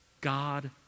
God